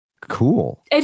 cool